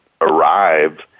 arrive